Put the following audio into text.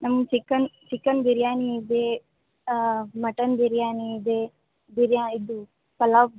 ನಮ್ಮ chicken chicken biryani ಇದೇ mutton biryani ಇದೆ ಬಿರ್ಯ ಇದು ಪಲಾವ್